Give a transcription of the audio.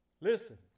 Listen